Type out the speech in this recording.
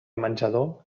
menjador